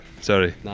Sorry